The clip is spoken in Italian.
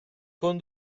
con